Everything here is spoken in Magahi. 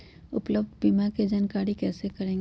उपलब्ध बीमा के जानकारी कैसे करेगे?